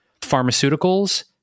pharmaceuticals